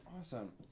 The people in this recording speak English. awesome